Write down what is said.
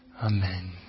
Amen